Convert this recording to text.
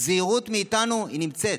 הזהירות מאיתנו, היא נמצאת,